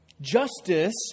justice